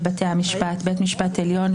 במיוחד בית המשפט העליון,